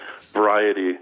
variety